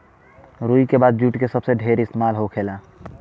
रुई के बाद जुट के सबसे ढेर इस्तेमाल होखेला